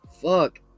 fuck